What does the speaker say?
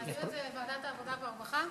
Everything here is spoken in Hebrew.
להעביר את זה לוועדת העבודה והרווחה.